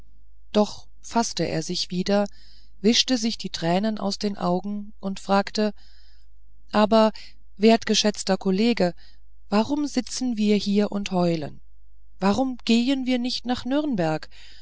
doch faßte er sich wieder wischte sich die tränen aus den augen und fragte aber wertgeschätzter kollege warum sitzen wir hier und heulen warum gehen wir nicht nach nürnberg